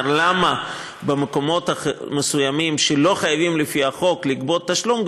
למה במקומות מסוימים שלא חייבים לפי החוק לגבות תשלום,